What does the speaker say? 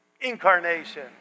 Incarnation